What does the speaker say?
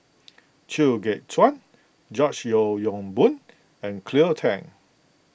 Chew Kheng Chuan George Yeo Yong Boon and Cleo Thang